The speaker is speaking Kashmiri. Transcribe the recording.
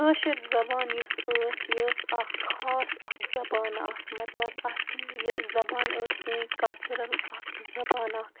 کٲشِر زَبان یُس ٲسۍ یہِ ٲسۍ اکھ خاص اکھ زَبان اکھ مَطلَب اتھ یہِ زَبان ٲس سٲنٛۍ کَلچرَل اکھ زَبان اکھ